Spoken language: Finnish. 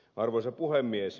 arvoisa puhemies